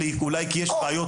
איזה אלימות,